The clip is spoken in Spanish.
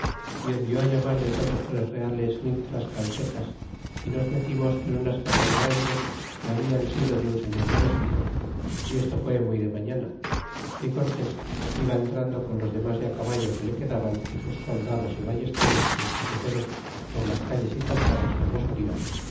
y yo por no dar mal por mal disimulaba en unas casas grandes que hablan sido de un señor de méxico y esto fue muy de mañana y cortés iba entrando con los demas de á caballo que le quedaban y sus soldados y ballesteros y escopeteros por las calles y calzadas como solia